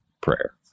prayer